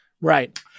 Right